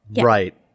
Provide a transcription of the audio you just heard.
Right